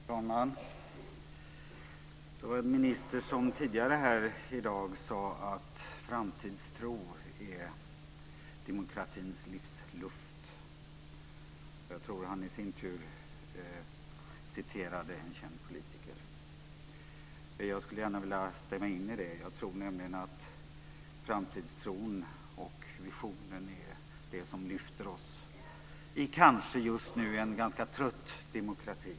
Herr talman! Det var en minister som tidigare här i dag sade att framtidstro är demokratins livsluft. Jag tror att han i sin tur citerade en känd politiker. Jag skulle gärna vilja stämma in i det. Jag tror nämligen att framtidstron och visionen är det som lyfter oss i en kanske just nu ganska trött demokrati.